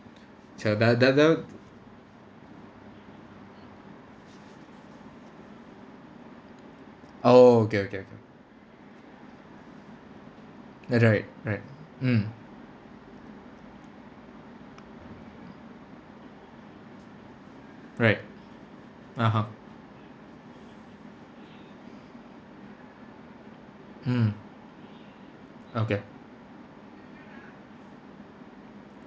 so that that that'd oh okay okay okay that right right mm right (uh huh) mm okay